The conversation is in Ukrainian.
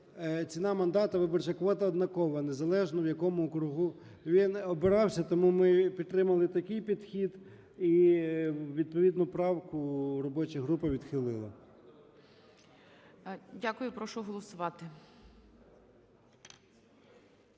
ціна мандата, виборча квота однакова незалежно, в якому округу він обирався. Тому ми підтримали такий підхід і відповідну правку робоча група відхилила.